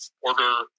order